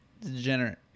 Degenerate